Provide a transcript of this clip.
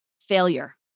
failure